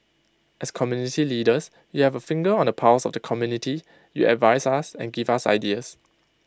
as community leaders you have A finger on the pulse of the community you advise us and give us ideas